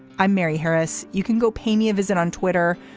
i'm mary harris. you can go pay me a visit on twitter.